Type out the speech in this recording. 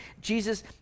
Jesus